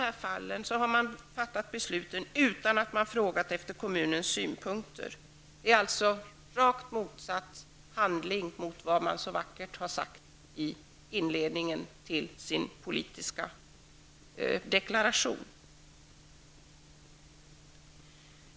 I båda fallen har beslut fattats utan att man har frågat efter kommunens synpunkter. Man har alltså handlat tvärtemot vad man så vackert har uttalat inledningsvis i sin politiska deklaration.